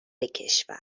کشور